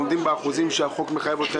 ההוצאות האמיתיות שלהם בסעיף שעליו אנחנו מצביעים.